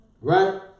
Right